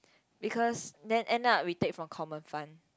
because then end up we take from common fund